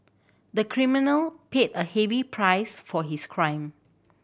the criminal paid a heavy price for his crime